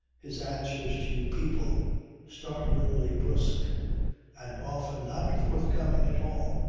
his answers to people startlingly brusque and often not forthcoming at all.